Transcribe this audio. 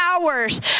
hours